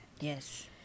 Yes